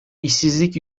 i̇şsizlik